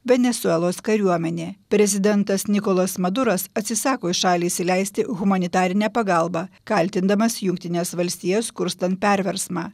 venesuelos kariuomenė prezidentas nikolas maduras atsisako į šalį įsileisti humanitarinę pagalbą kaltindamas jungtines valstijas kurstant perversmą